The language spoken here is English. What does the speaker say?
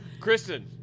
Kristen